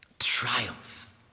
Triumph